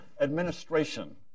administration